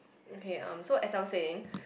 okay um so as I was saying